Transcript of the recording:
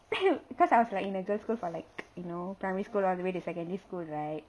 because I was like in a girl's school for like you know primary school all the way to secondary school right